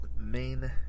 main